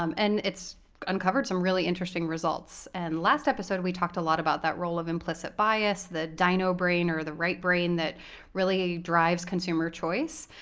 um and it's uncovered some really interesting results. and last episode, we talked a lot about that role of implicit bias, the dino brain, or the right brain, that really drives consumer choice.